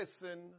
listen